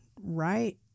right